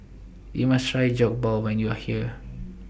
YOU must Try Jokbal when YOU Are here